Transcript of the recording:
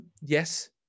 yes